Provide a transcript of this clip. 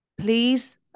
please